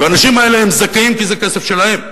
והאנשים האלה הם זכאים כי זה כסף שלהם,